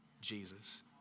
Jesus